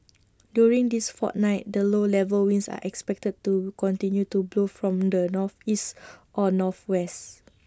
during this fortnight the low level winds are expected to continue to blow from the northeast or northwest